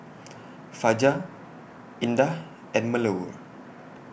Fajar Indah and Melur